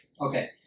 Okay